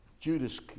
Judas